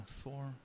four